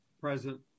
present